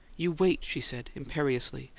you wait! she said, imperiously,